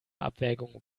abwägung